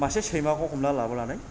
मासे सैमाखौ हमना लाबोनानै